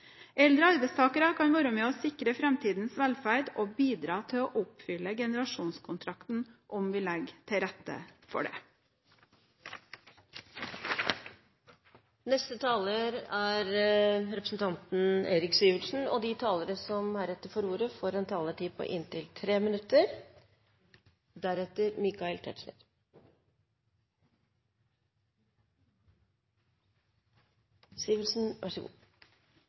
Eldre arbeidstakere kan være med på å sikre framtidens velferd og bidra til å oppfylle generasjonskontrakten – om vi legger til rette for det. De talere som heretter får ordet, har en taletid på inntil 3 minutter.